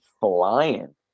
flying